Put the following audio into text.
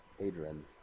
adrian